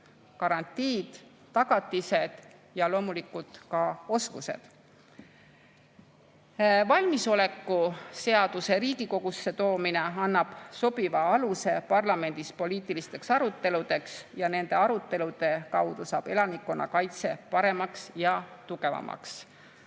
garantiid, tagatised ja loomulikult ka oskused. Valmisolekuseaduse Riigikogusse toomine annab sobiva aluse parlamendis poliitilisteks aruteludeks ja nende arutelude kaudu saab elanikkonnakaitse paremaks ja tugevamaks.